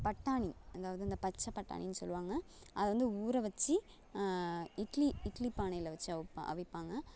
பட்டாணி அதாவது இந்த பச்சை பட்டாணின்னு சொல்லுவாங்க அதை வந்து ஊற வெச்சு இட்லி இட்லி பானையில் வெச்சு அவுப் அவிப்பாங்க